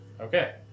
Okay